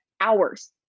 hours